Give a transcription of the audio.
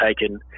taken